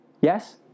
Yes